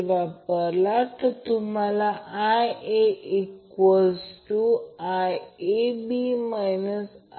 म्हणून आणि करंट हा Ia वाहत आहे परंतु हा करंट या मार्गाने जात आहे